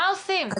מה עושים?